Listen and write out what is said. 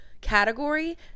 category